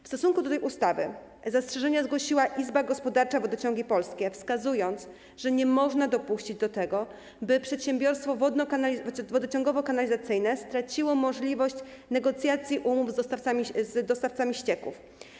W stosunku do tej ustawy zastrzeżenia zgłosiła Izba Gospodarcza Wodociągi Polskie, wskazując, że nie można dopuścić do tego, by przedsiębiorstwo wodociągowo-kanalizacyjne straciło możliwość negocjacji umów z dostawcami ścieków.